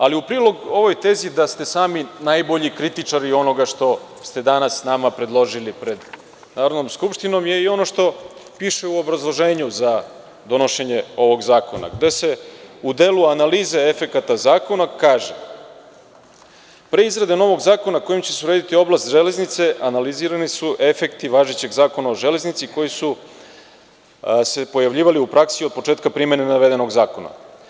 Ali, u prilog ovoj tezi da ste sami samokritičari onoga što ste danas nama predložili pred Narodnom skupštini je i ono što piše u obrazloženju za donošenje ovog zakona gde se u delu - analize efekata zakona kaže - pre izrade novog zakona kojim će se urediti oblast železnice analizirani su efekti važećeg Zakona o železnici koji su se pojavljivali u praksi od početka primene navedenog zakona.